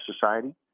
society